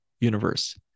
universe